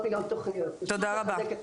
תודה רבה.